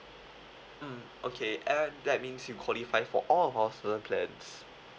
mm okay uh that means you qualify for all of our student plans